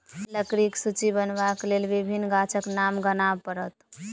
लकड़ीक सूची बनयबाक लेल विभिन्न गाछक नाम गनाब पड़त